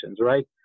Right